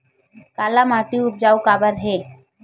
काला माटी उपजाऊ काबर हे?